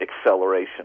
acceleration